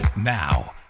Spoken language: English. Now